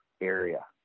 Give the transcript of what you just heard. area